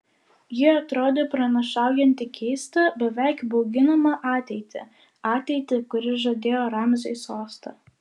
ji atrodė pranašaujanti keistą beveik bauginamą ateitį ateitį kuri žadėjo ramziui sostą